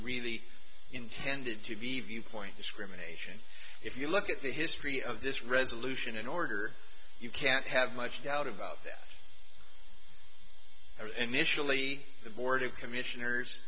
really intended to be viewpoint discrimination if you look at the history of this resolution in order you can't have much doubt about that initially the board of commissioners